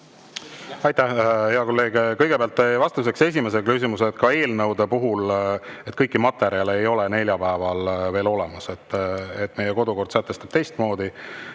Aitäh, hea kolleeg! Kõigepealt vastuseks esimesele küsimusele: ka eelnõude puhul ei ole kõiki materjale neljapäeval veel olemas. Meie kodukord sätestab teistmoodi